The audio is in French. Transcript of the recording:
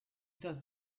tasse